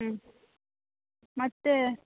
ಹ್ಞೂ ಮತ್ತೆ